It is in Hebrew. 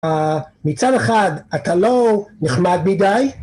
מצד אחד, אתה לא נחמד מדי